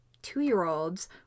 two-year-olds